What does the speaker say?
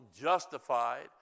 justified